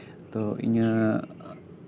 ᱛᱚ ᱤᱧᱟᱹᱜ